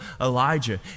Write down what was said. Elijah